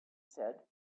said